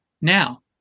now